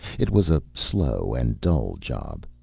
it was a slow and dull job.